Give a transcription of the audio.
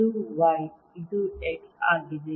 ಇದು y ಇದು x ಆಗಿದೆ